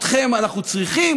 אתכם אנחנו צריכים,